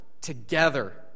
together